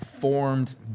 formed